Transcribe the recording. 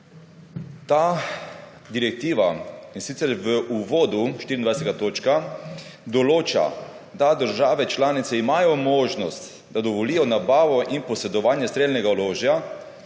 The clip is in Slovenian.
Ta direktiva v uvodu, 24. točka, določa, da države članice imajo možnost, da dovolijo nabavo in posedovanje strelnega orožja,